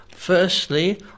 Firstly